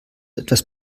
etwas